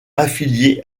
affiliés